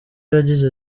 yagize